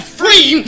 free